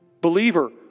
Believer